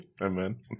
Amen